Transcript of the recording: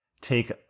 take